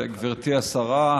גברתי השרה,